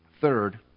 Third